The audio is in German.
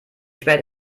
spät